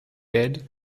bed